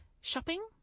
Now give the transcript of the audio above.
shopping